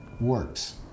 works